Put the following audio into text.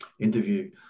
interview